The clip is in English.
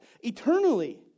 eternally